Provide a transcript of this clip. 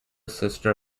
sister